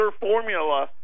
formula